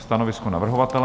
Stanovisko navrhovatele?